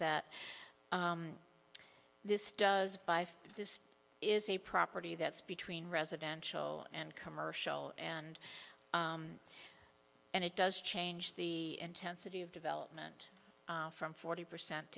that this does this is a property that's between residential and commercial and and it does change the intensity of development from forty percent